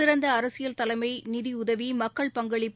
சிறந்த அரசியல் தலைமை நிதியுதவி மக்கள் பங்களிப்பு